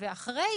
אחרי